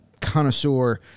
Connoisseur